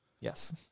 Yes